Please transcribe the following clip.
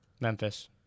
Memphis